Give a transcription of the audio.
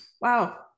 Wow